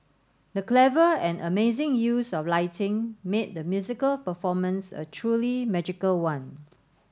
the clever and amazing use of lighting made the musical performance a truly magical one